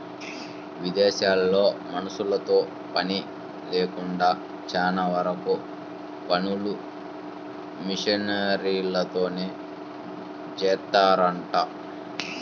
ఇదేశాల్లో మనుషులతో పని లేకుండా చానా వరకు పనులు మిషనరీలతోనే జేత్తారంట